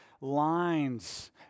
lines